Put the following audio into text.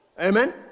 Amen